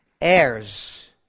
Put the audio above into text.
heirs